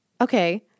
Okay